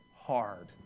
hard